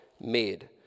made